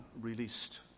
released